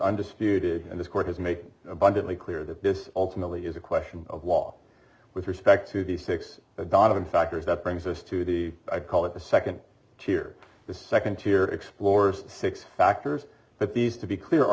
is and this court has made abundantly clear that this ultimately is a question of law with respect to the six donovan factors that brings us to the i call it the second tier the second tier explores six factors that these to be clear